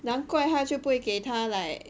难怪他就不会给他 like